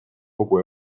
kogu